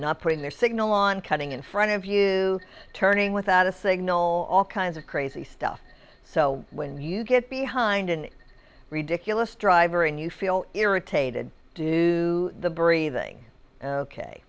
not putting your signal on cutting in front of you turning without a signal all kinds of crazy stuff so when you get behind an ridiculous driver and you feel irritated do the breathing ok